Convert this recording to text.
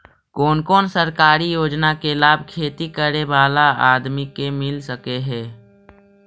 कोन कोन सरकारी योजना के लाभ खेती करे बाला आदमी के मिल सके हे?